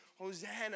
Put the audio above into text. Hosanna